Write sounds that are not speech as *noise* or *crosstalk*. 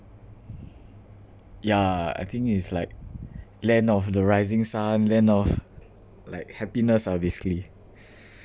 yeah I think it's like land of the rising sun land of like happiness ah basically *breath*